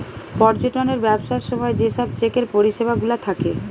পর্যটনের ব্যবসার সময় যে সব চেকের পরিষেবা গুলা থাকে